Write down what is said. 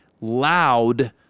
loud